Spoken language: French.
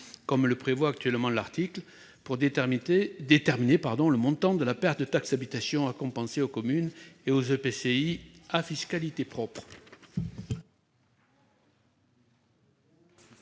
comme le prévoit actuellement l'article, pour déterminer le montant de la perte de taxe d'habitation à compenser aux communes et aux EPCI à fiscalité propre.